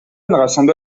rassembla